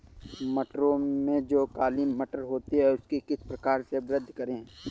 मटरों में जो काली मटर होती है उसकी किस प्रकार से वृद्धि करें?